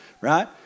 right